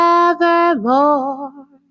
evermore